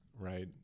Right